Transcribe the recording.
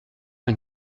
une